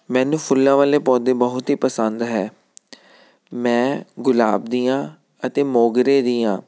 ਮੈਨੂੰ ਫੁੱਲਾਂ ਵਾਲੇ ਪੌਦੇ ਬਹੁਤ ਹੀ ਪਸੰਦ ਹੈ ਮੈਂ ਗੁਲਾਬ ਦੀਆਂ ਅਤੇ ਮੋਗਰੇ ਦੀਆਂ